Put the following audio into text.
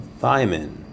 thymine